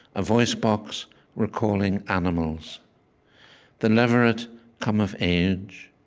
a voice-box recalling animals the leveret come of age,